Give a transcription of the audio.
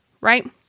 right